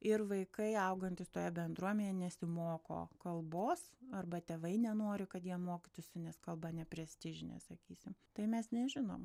ir vaikai augantys toje bendruomenėje nesimoko kalbos arba tėvai nenori kad jie mokytųsi nes kalba neprestižinė sakysim tai mes nežinom